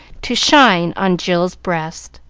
to shine on jill's breast.